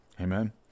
Amen